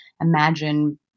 imagine